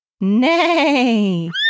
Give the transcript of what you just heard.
Nay